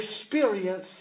experience